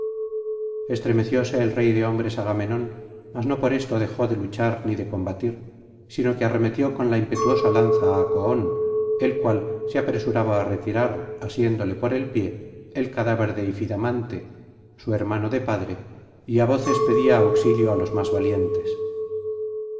estremecióse el rey de hombres agamenón mas no por esto dejó de luchar ni de combatir sino que arremetió con la impetuosa lanza á coón el cual se apresuraba á retirar asiéndole por el pie el cadáver de ifidamante su hermano de padre y á voces pedia auxilio á los más valientes